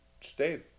stayed